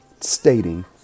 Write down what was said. stating